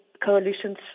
coalitions